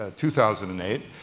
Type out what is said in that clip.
ah two thousand and eight,